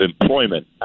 employment